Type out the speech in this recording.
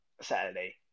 Saturday